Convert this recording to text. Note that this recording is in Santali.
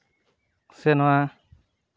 ᱥᱮ ᱱᱚᱣᱟ